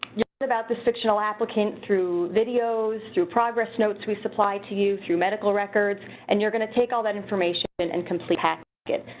about this fictional applicant through videos, through progress notes we supply to you, through medical records, and you're gonna take all that information and and complete packet,